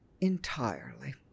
entirely